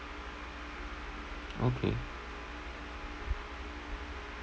okay